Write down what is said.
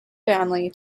family